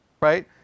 right